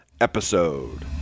episode